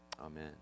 amen